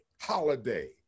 Holiday